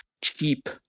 cheap